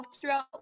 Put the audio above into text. throughout